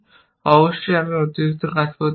অবশ্যই আমি অতিরিক্ত কাজ করতে পারি